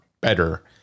better